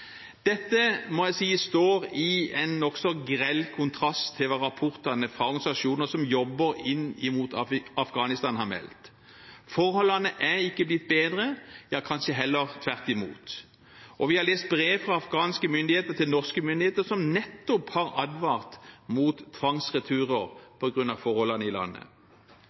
Dette må jeg si står i en nokså grell kontrast til hva rapportene fra organisasjoner som jobber inn mot Afghanistan, har meldt. Forholdene er ikke blitt bedre, kanskje heller tvert imot. Vi har lest brev fra afghanske myndigheter til norske myndigheter som nettopp har advart mot tvangsreturer på grunn av forholdene i landet.